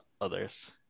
others